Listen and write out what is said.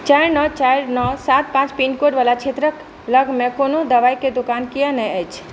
चारि नओ चारि नओ सात पाँच पिनकोडवला क्षेत्रक लगमे कोनो दबाइक दोकान किआ नहि अछि